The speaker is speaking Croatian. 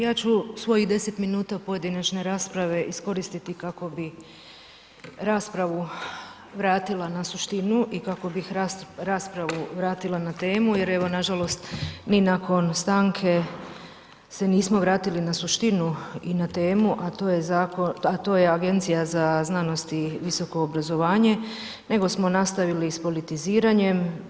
Ja ću svojih 10 minuta pojedinačne rasprave iskoristiti kako bi raspravu vratila na suštinu i kako bih raspravu vratila na temu, jer evo na žalost ni nakon stanke se nismo vratili na suštinu i na temu a to je Agencija za znanost i visoko obrazovanje, nego smo nastavili s politiziranjem.